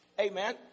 Amen